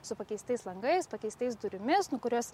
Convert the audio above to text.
su pakeistais langais pakeistais durimis nu kurios